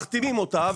מחתימים אותה.